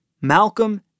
Malcolm